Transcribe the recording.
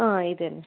ആ ഇത് തന്നെ